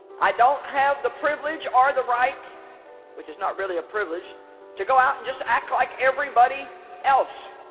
i don't have the privilege or the right which is not really a privilege to go out and just act like everybody else